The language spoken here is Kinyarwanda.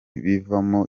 bivamo